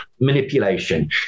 manipulation